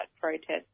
protests